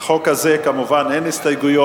לחוק הזה כמובן אין הסתייגויות,